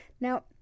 Now